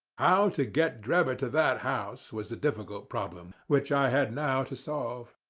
how to get drebber to that house was the difficult problem which i had now to solve.